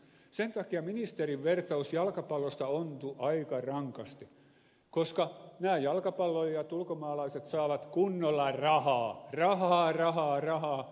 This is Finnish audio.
sen takia ministerin vertaus jalkapallosta ontui aika rankasti koska nämä jalkapalloilijat ulkomaalaiset saavat kunnolla rahaa rahaa rahaa rahaa pelatessaan